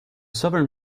southern